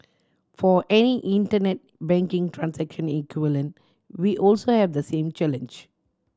for any Internet banking transact equivalent we also have the same challenge